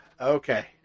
Okay